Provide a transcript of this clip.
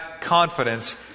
confidence